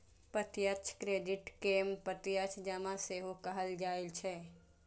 प्रत्यक्ष क्रेडिट कें प्रत्यक्ष जमा सेहो कहल जाइ छै